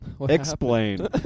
Explain